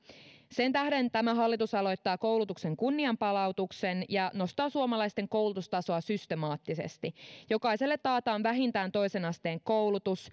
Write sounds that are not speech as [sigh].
sen tähden tämä hallitus aloittaa koulutuksen kunnianpalautuksen ja nostaa suomalaisten koulutustasoa systemaattisesti jokaiselle taataan vähintään toisen asteen koulutus [unintelligible]